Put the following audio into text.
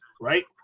right